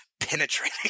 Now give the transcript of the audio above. penetrating